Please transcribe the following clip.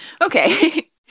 Okay